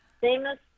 Famous